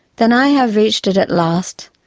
then i have reached it at last,